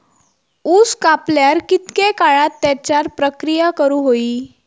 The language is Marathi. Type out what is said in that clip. ऊस कापल्यार कितके काळात त्याच्यार प्रक्रिया करू होई?